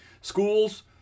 Schools